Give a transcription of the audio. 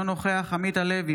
אינו נוכח עמית הלוי,